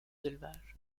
élevages